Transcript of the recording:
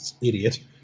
idiot